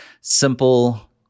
simple